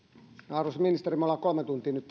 arvoisa ministeri me olemme nyt